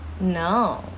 No